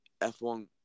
F1